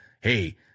hey